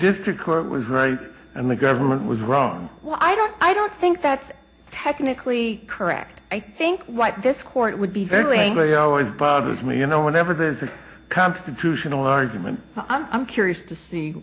district court was right and the government was wrong well i don't i don't think that's technically correct i think what this court would be doing really always bothers me you know whenever there's a constitutional argument i'm curious to see